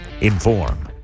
inform